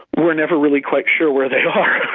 we are never really quite sure where they are.